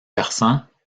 versants